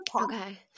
okay